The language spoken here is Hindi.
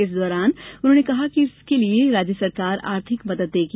इस दौरान उन्होंने कहा कि इसके लिये राज्य सरकार आर्थिक मदद देगी